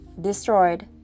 destroyed